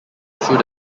through